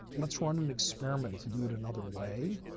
let's run an experiment to do it another way.